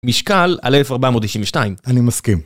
משקל על 1492. אני מסכים.